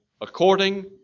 according